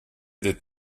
des